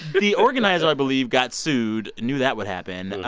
the organizer, i believe, got sued knew that would happen. and